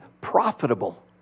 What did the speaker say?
profitable